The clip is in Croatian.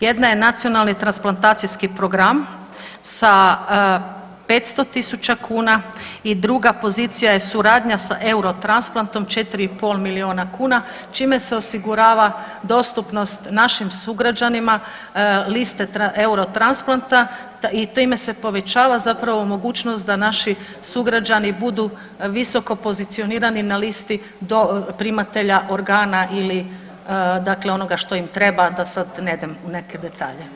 Jedna je Nacionalni transplantacijski program sa 500 tisuća kuna i druga pozicija je suradnja sa Eurotransplantom 4,5 milijuna kuna, čime se osigurava dostupnost našim sugrađanima liste Eurotransplanta i time se povećava zapravo mogućnost da naši sugrađani budu visokopozicionirani na listi do primatelja organa ili dakle onoga što im treba da sad ne idem u neke detalje.